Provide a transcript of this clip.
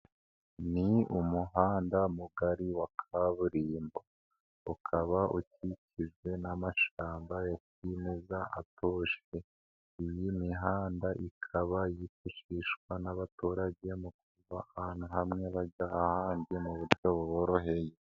ni umuhanda mugari wa kaburimbo, ukaba ukikijwe n'amashYamba ya kimeza atoshye, iyi mihanda ikaba yifashishwa n'abaturage mu kuva ahantu hamwe bajya ahandi mu buryo buboroheye.